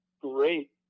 great